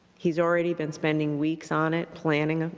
he has already been spending weeks on it, planning,